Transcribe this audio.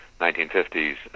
1950s